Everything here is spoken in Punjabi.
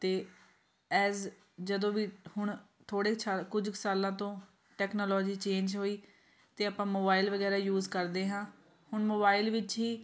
ਅਤੇ ਐਜ ਜਦੋਂ ਵੀ ਹੁਣ ਥੋੜ੍ਹੇ ਸਾ ਕੁਝ ਕੁ ਸਾਲਾਂ ਤੋਂ ਟੈਕਨਾਲੋਜੀ ਚੇਂਜ ਹੋਈ ਅਤੇ ਆਪਾਂ ਮੋਬਾਈਲ ਵਗੈਰਾ ਯੂਜ ਕਰਦੇ ਹਾਂ ਹੁਣ ਮੋਬਾਈਲ ਵਿੱਚ ਹੀ